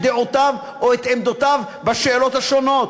דעותיו או את עמדותיו בשאלות השונות.